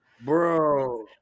Bro